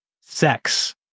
sex